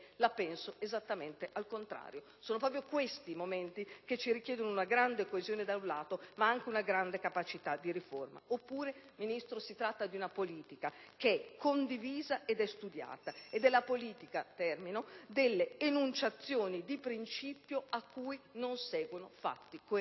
Io penso esattamente il contrario: sono proprio questi i momenti che richiedono una grande coesione da un lato, ma anche una grande capacità di riforma. Oppure, signor Ministro, si tratta di una politica condivisa e studiata: la politica delle enunciazioni di principio a cui non seguono fatti coerenti.